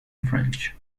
french